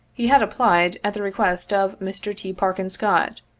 he had applied, at the request of mr. t. parkin scott,